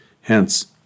Hence